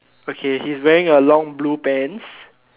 okay he's wearing a long blue pants